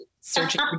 searching